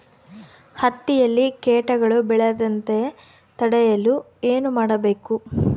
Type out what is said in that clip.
ಹತ್ತಿಯಲ್ಲಿ ಕೇಟಗಳು ಬೇಳದಂತೆ ತಡೆಯಲು ಏನು ಮಾಡಬೇಕು?